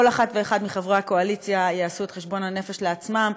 כל אחת ואחד מחברי הקואליציה יעשה את חשבון הנפש לעצמו,